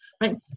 right